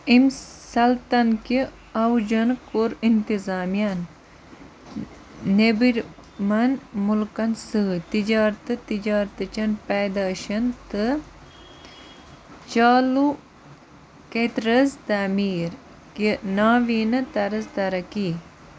اَمہِ سَلتَن کہِ عوجن کوٚر انتظامیَن نیٚبٔرۍمَن مُلکن سۭتۍ تِجارتہٕ تجارتٕچٮ۪ن پیدایشَن تہٕ چالوٗکیترٕز تعمیٖر کہِ ناویٖنہٕ طرز ترقی